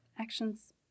actions